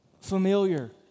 familiar